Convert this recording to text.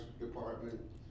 department